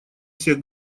всех